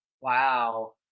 Wow